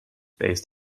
based